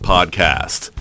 Podcast